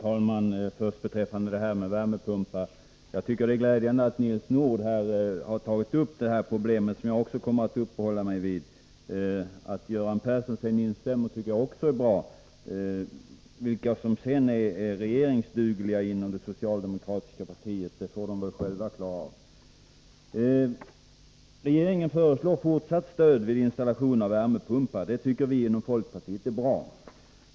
Herr talman! Det är glädjande att Nils Nordh har tagit upp problemet med värmepumpar, som också jag kommer att uppehålla mig vid. Det är också 101 bra att Göran Persson instämmer. Vilka som är regeringsdugliga inom det socialdemokratiska partiet får de själva klara ut. Regeringen föreslår fortsatt stöd vid installation av värmepumpar. Det tycker vi inom folkpartiet är bra.